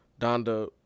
Donda